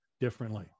differently